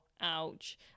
ouch